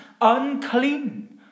unclean